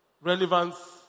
Relevance